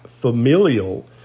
familial